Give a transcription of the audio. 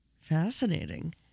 Fascinating